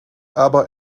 aber